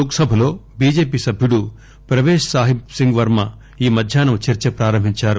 లోక్ సభలో బీజేపీ సభ్యుడు ప్రవేశ్ సాహిబ్ సింగ్ వర్మ ఈ మధ్యాహ్నం చర్చ ప్రారంభించారు